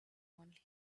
only